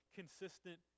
consistent